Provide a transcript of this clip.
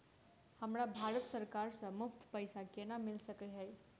हमरा भारत सरकार सँ मुफ्त पैसा केना मिल सकै है?